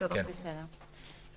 (י)